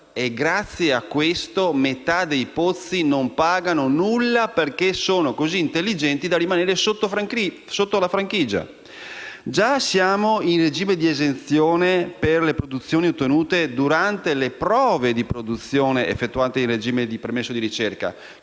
grazie a questo, metà dei pozzi non pagano nulla, perché sono così intelligenti da rimanere sotto la franchigia. Già siamo in regime di esenzione per le produzioni ottenute durante le prove di produzione effettuate in regime di permesso di ricerca.